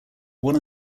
one